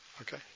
Okay